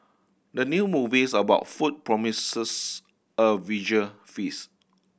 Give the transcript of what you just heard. the new movies about food promises a visual feast